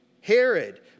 Herod